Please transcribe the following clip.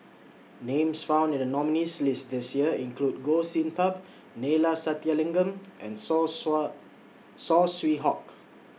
Names found in The nominees' list This Year include Goh Sin Tub Neila Sathyalingam and Saw Saw Swee Hock